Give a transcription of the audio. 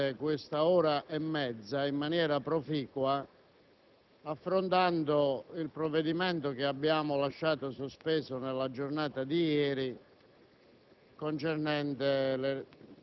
potremmo utilizzare quest'ora e mezza in maniera proficua affrontando il provvedimento che abbiamo lasciato sospeso nella giornata di ieri,